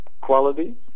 quality